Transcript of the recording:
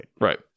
Right